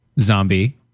Zombie